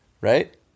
right